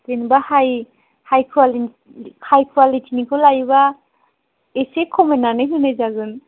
जेनेबा हाइ क्वालिटिनिखौ लायोबा एसे खमायनानै होनाय जागोन